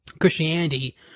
Christianity